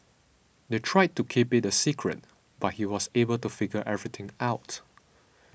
they tried to keep it a secret but he was able to figure everything out